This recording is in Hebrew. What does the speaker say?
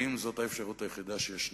האם זאת האפשרות היחידה שיש כאן?